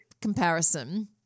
comparison